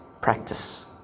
practice